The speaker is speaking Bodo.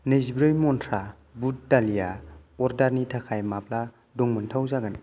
नैजिब्रै मन्त्रा बुट दालिया अर्डारनि थाखाय माब्ला दंमोनथाव जागोन